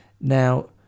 Now